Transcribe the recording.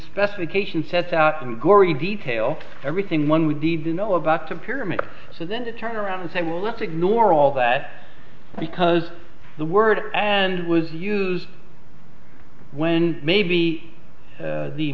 specification sets out in gory detail everything one would need to know about the pyramid so then to turn around and say well let's ignore all that because the word and was used when maybe